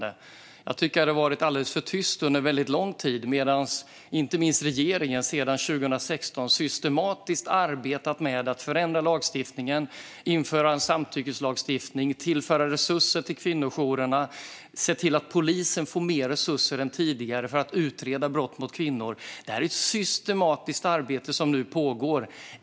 Det har varit alldeles för tyst under väldigt lång tid, medan inte minst regeringen sedan 2016 systematiskt arbetat med att förändra lagstiftningen, införa en samtyckeslagstiftning, tillföra resurser till kvinnojourerna och se till att polisen får mer resurser än tidigare för att utreda brott mot kvinnor. Detta är ett systematiskt arbete som nu pågår.